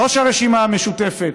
ראש הרשימה המשותפת,